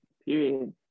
Period